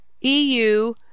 EU